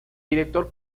director